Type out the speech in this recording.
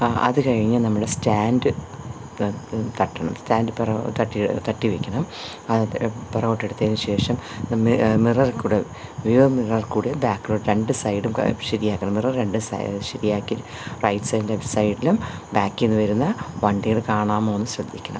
അതു കഴിഞ്ഞ് നമ്മൾ സ്റ്റാൻഡ് ത ത് തട്ടണം സ്റ്റാൻഡ് പിറകോ തട്ടി തട്ടി വെയ്ക്കണം അത് പി പിറകോട്ട് എടുത്തതിനുശേഷം ന മി മിററിൽ കൂടി വ്യൂ മിററിൽ കൂടി ബാക്ക് രണ്ടുസൈഡും ക ശരിയാക്കണം മിറർ രണ്ട് സൈഡ് ശരിയാക്കി റൈറ്റ് സൈഡ് ലെഫ്റ്റ് സൈഡിലും ബാക്കിൽ നിന്നു വരുന്ന വണ്ടികൾ കാണാമോയെന്നു ശ്രദ്ധിക്കണം